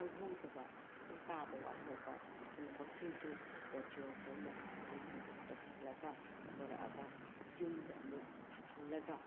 ꯈꯪꯍꯧꯗꯕ ꯈꯤꯇꯪ ꯇꯥꯕ ꯋꯥꯠꯍꯧꯕ ꯄꯨꯝꯅꯃꯛꯁꯤꯡꯗꯨ ꯑꯣꯗꯤꯌꯣꯗ ꯑꯩꯅ ꯔꯦꯀ꯭ꯣꯔꯠ ꯑꯣꯏꯅ ꯇꯧꯁꯤꯜꯂꯒ ꯄꯣꯔꯛꯑꯒ ꯌꯨꯝꯗ ꯑꯃꯨꯛ ꯍꯜꯂꯒ